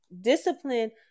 Discipline